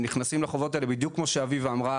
הם נכנסים לחובות האלה בדיוק כמו שאביבה אמרה,